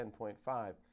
10.5